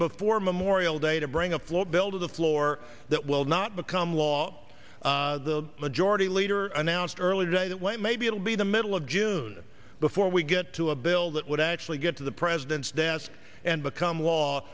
before memorial day to bring a float bill to the floor that will not become law the majority leader announced earlier today that way maybe it'll be the middle of june before we get to a bill that would actually get to the president's desk and become law